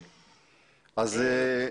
כן, אז תראו,